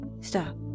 stop